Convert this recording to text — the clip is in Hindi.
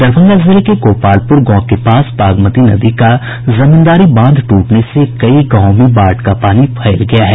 दरभंगा जिले के गोपालपुर गांव के पास बागमती नदी का जमींदारी बांध टूटने से कई गांवों में बाढ़ का पानी फैल गया है